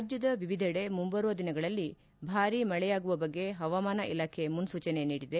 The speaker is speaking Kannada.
ರಾಜ್ಞದ ವಿವಿಧೆಡೆ ಮುಂಬರುವ ದಿನಗಳಲ್ಲಿ ಭಾರಿ ಮಳೆ ಆಗುವ ಬಗ್ಗೆ ಹವಾಮಾನ ಇಲಾಖೆ ಮುನ್ಲೂಚನೆ ನೀಡಿದೆ